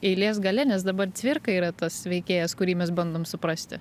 eilės gale nes dabar cvirka yra tas veikėjas kurį mes bandom suprasti